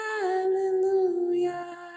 hallelujah